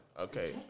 Okay